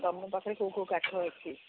ତୁମ ପାଖରେ କେଉଁ କେଉଁ କାଠ ଅଛି